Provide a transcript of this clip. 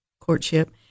courtship